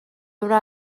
wna